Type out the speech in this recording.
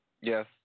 Yes